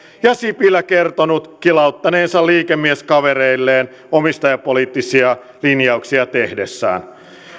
ja sipilä kertonut kilauttaneensa liikemieskavereilleen omistajapoliittisia linjauksia tehdessään